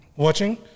Watching